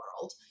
world